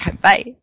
Bye